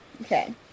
Okay